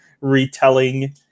retelling